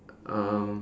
um